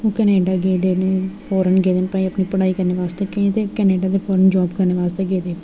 Canada गेदे न foreign गेदे न भई अपनी पढ़ाई करने बास्तै गेदे केई ते कनैडा फॉरेन जॉब करने बास्तै गेदे